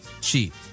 cheap